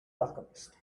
alchemist